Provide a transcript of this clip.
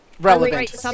relevant